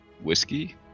whiskey